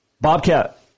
Bobcat